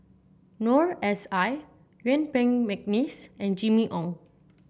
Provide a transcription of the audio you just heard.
Noor S I Yuen Peng McNeice and Jimmy Ong